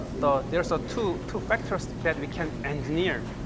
there's ah two two factors that we can engineer.